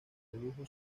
redujo